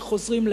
שחוזרים,